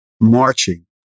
marching